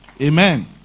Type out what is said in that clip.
Amen